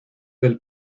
del